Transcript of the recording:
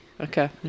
Okay